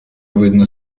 видно